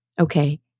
Okay